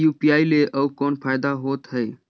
UPI ले अउ कौन फायदा होथ है?